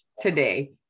today